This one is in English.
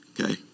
Okay